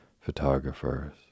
photographers